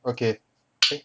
okay take